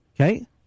Okay